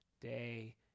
day